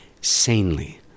sanely